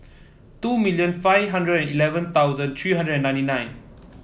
two million five hundred and eleven thousand three hundred and ninety nine